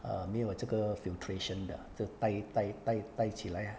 err 没有这个 filtration 的戴戴戴戴起来啊